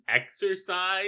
exercise